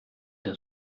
der